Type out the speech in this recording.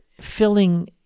filling